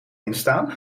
instaan